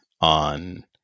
on